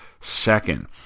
second